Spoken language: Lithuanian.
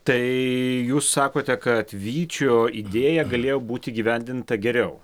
tai jūs sakote kad vyčio idėja galėjo būti įgyvendinta geriau